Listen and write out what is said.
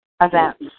events